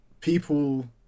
people